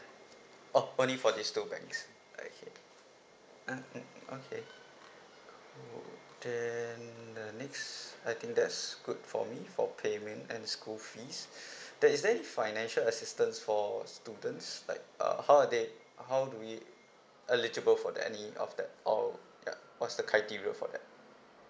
orh only for this two banks okay hmm mm okay cool then the next I think that's good for me for payment and the school fees then is there any financial assistance for students like uh how are they how do we eligible for that any of that how ya what's the criteria for that